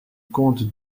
comte